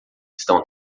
estão